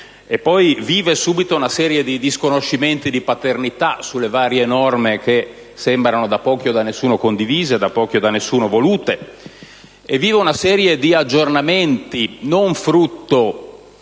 e poi vive subito una serie di disconoscimenti di paternità sulle varie norme che sembrano da pochi o da nessuno condivise, da pochi o da nessuno volute. Questa manovra vive una serie di aggiornamenti non frutto